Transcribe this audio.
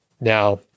Now